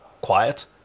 Quiet